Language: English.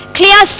clear